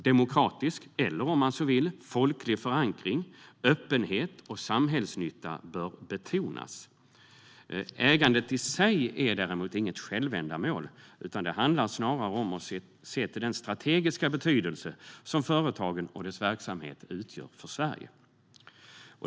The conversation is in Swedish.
Demokratisk eller, om man så vill, folklig förankring, öppenhet och samhällsnytta bör betonas. Ägandet i sig är däremot inget självändamål, utan det handlar snarare om att se till den strategiska betydelse som företagen och deras verksamhet har för Sverige.